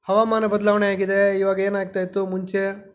ಹವಾಮಾನ ಬದಲಾವಣೆಯಾಗಿದೆ ಈವಾಗ ಏನಾಗ್ತಾಯಿತ್ತು ಮುಂಚೆ